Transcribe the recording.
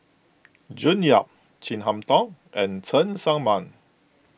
June Yap Chin Harn Tong and Cheng Tsang Man